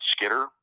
Skitter